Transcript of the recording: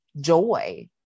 joy